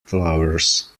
flowers